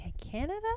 Canada